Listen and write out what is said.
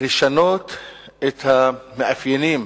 לשנות את המאפיינים